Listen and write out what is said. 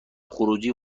خروجی